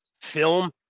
film